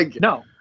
no